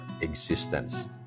existence